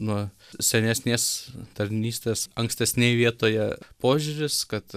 nuo senesnės tarnystės ankstesnėj vietoje požiūris kad